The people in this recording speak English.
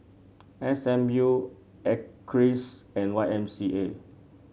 S M U Acres and Y M C A